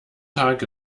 tag